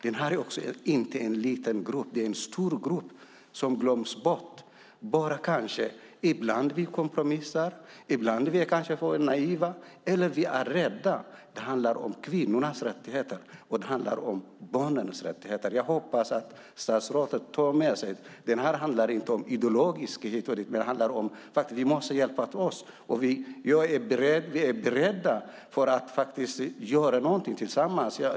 Det här är inte en liten grupp, utan det är en stor grupp som glöms bort. Ibland kompromissar vi, ibland är vi kanske för naiva och ibland är vi rädda. Det handlar om kvinnornas och barnens rättigheter. Jag hoppas att statsrådet tar med sig det. Det här handlar inte om ideologisk retorik. Det handlar om att vi måste hjälpa till. Vi är beredda att göra någonting tillsammans.